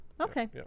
okay